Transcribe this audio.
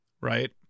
right